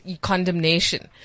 condemnation